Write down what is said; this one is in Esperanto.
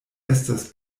estas